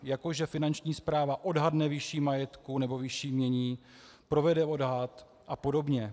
Jako že Finanční správa odhadne výši majetku nebo výši jmění, provede odhad a podobně.